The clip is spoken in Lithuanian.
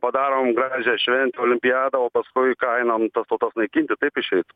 padarom gražią šventę olimpiadą o paskui ką einam tas tautas naikinti taip išeitų